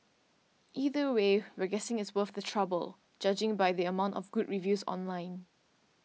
either way we're guessing it is worth the trouble judging by the amount of good reviews online